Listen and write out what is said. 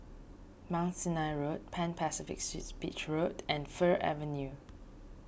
Mount Sinai Road Pan Pacific Suites Beach Road and Fir Avenue